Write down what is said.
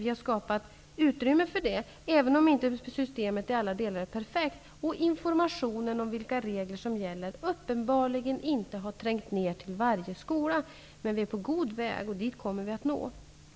Vi har skapat utrymme för den möjligheten, även om systemet inte i alla delar är perfekt och informationen om vilka regler som gäller uppenbarligen inte har trängt ner till varje skola. Men vi är på god väg, och vi kommer att nå fram till målet.